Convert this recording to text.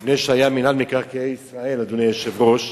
לפני שהיה מינהל מקרקעי ישראל, אדוני היושב-ראש,